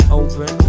open